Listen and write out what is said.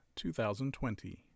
2020